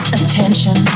attention